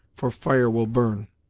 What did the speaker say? for fire will burn!